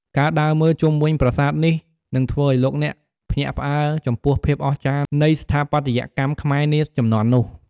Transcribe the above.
ការដើរមើលជុំវិញប្រាសាទនេះនឹងធ្វើឱ្យលោកអ្នកភ្ញាក់ផ្អើលចំពោះភាពអស្ចារ្យនៃស្ថាបត្យកម្មខ្មែរនាជំនាន់នោះ។